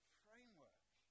framework